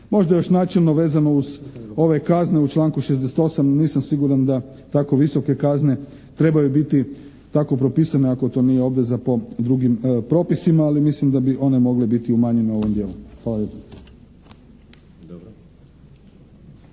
Možda još načelno vezano uz ove kazne u članku 68. nisam siguran da tako visoke kazne trebaju biti tako propisane ako to nije obveza po drugim propisima ali mislim da bi one mogle biti umanjene u ovom dijelu.